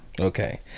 Okay